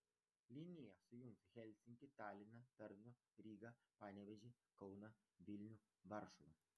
linija sujungs helsinkį taliną pernu rygą panevėžį kauną vilnių varšuvą